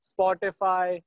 Spotify